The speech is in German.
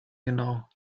genau